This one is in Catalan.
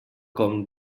com